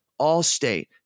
Allstate